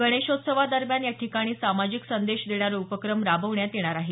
गणेशोत्सवादरम्यान याठिकाणी सामाजिक संदेश देणारे उपक्रम राबवण्यात येणार आहेत